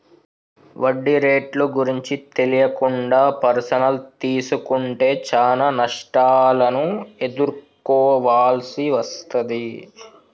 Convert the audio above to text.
వడ్డీ రేట్లు గురించి తెలియకుండా పర్సనల్ తీసుకుంటే చానా నష్టాలను ఎదుర్కోవాల్సి వస్తది